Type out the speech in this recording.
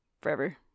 forever